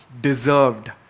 deserved